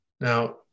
Now